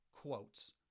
quotes